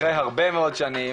אחרי הרבה מאוד שנים